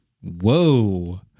Whoa